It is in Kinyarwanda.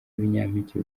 ibinyampeke